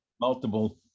multiple